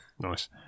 nice